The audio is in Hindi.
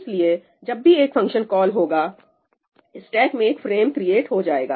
इसलिए जब भी एक फंक्शन कॉल होगा स्टेक में एक फ्रेम क्रिएट हो जाएगा